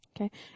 Okay